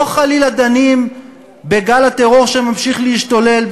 לא חלילה דנים בגל הטרור שממשיך להשתולל,